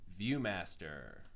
Viewmaster